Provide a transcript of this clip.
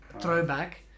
Throwback